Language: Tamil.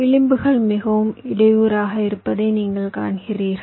விளிம்புகள் மிகவும் இடையூறாக இருப்பதை நீங்கள் காண்கிறீர்கள்